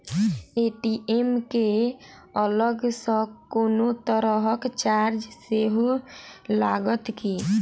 ATM केँ अलग सँ कोनो तरहक चार्ज सेहो लागत की?